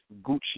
Gucci